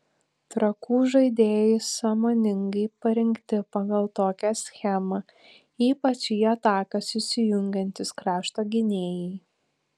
trakų žaidėjai sąmoningai parinkti pagal tokią schemą ypač į atakas įsijungiantys krašto gynėjai